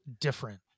different